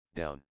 down